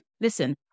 listen